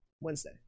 Wednesday